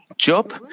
Job